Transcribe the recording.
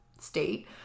state